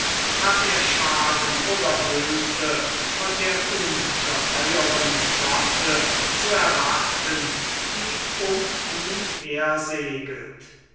hat er schaden oder hülfe von der ungeheueren flotte zu erwarten die um ihn hersegelt